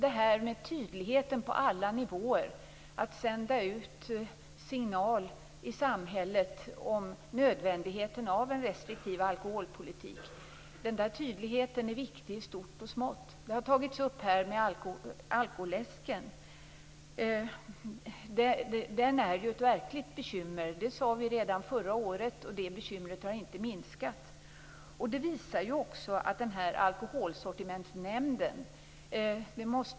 En tydlighet på alla nivåer, att sända ut en signal i samhället om nödvändigheten av en restriktiv alkoholpolitik, är viktig i stort och i smått. Frågan om alkoläsken har tagits upp här. Den är ju ett verkligt bekymmer. Det sade vi redan förra året, och det bekymret har inte minskat. Det visar att det måste bli en ändring med Alkoholsortimentsnämnden.